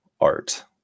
art